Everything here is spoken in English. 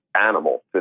animal